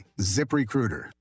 ZipRecruiter